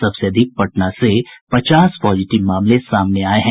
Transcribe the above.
सबसे अधिक पटना से पचास पॉजिटिव मामले सामने आये हैं